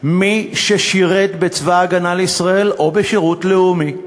מי ששירת בצבא ההגנה לישראל או בשירות לאומי,